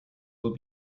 will